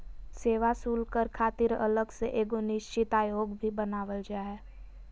सेवा शुल्क कर खातिर अलग से एगो निश्चित आयोग भी बनावल जा हय